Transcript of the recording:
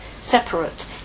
separate